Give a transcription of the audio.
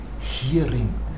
hearing